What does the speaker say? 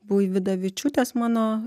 buividavičiūtės mano